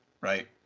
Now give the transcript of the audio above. right